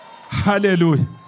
Hallelujah